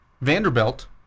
Vanderbilt